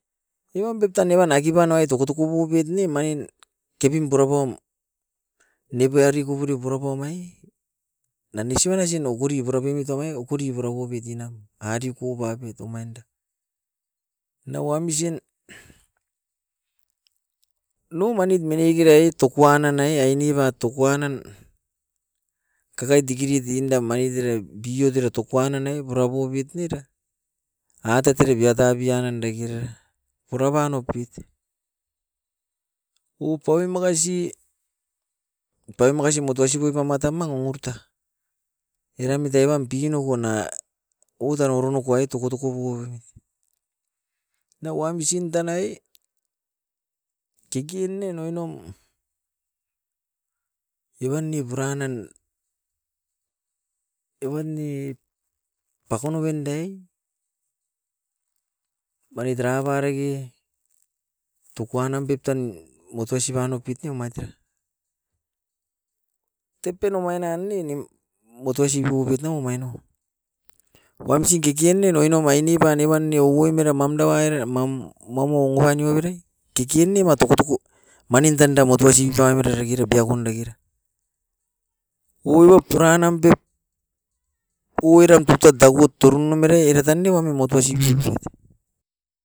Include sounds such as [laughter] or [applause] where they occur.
Evan pep tan e wan aikipanoi toko toko poupit ne manin tepim pura paum nepiari koporio purapau mai nan isi banasin okori purapoumit awai okori purapoumit inam adeuku bapet omainda. Na wamsin numanit menekera e tokuan nanai aineba tokuan nan kakai dikirit inda manit erae biout era tokuan nanai purapobit niera, atatere biata bianan dekera purapan oupit. Upoi makasi, upoi makasi mutoi sipuip amatam mang urita, eram muita ibam pinoko na outan oronoko ai toko toko puomit. Na wamsin tanai kekenen oinom evan ne puran nan, evan ne pakono oindae manit era pareke tukua nam pep tan motoi siban oupit ne omait era. Tepen omain nan ne motoi sipubit nao omain nou, wamsin kekenen oinom aine pan ne wan ne oim era mamda waira mam, mamou mangani averai, kekeni ma toko toko. Manin tan da motokasi paimera rekere biapun dakera. Oibop puran nam bep oiram pep tan tabut turuno merai era tan ne wami motoisi. [unintelligible]